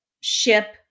ship